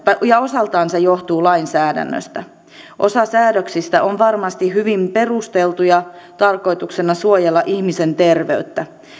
ja osaltaan se johtuu lainsäädännöstä osa säädöksistä on varmasti hyvin perusteltuja tarkoituksena suojella ihmisen terveyttä